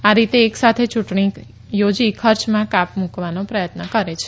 આ રીતે એક સાથે ચુંટણી યોજી ખર્ચમાં કાપ મુકવાનો પ્રયત્ન કરે છે